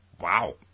Wow